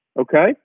okay